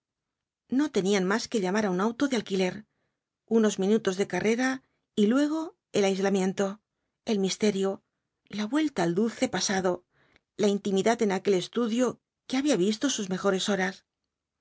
no tenían más que llamar á un auto de alquiler unos minutos de carrera y luego el aislamiento el misterio la vuelta al dulce pasado la intimidad en aquel estudio que había visto sus mejores horas